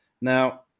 now